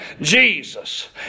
Jesus